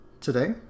today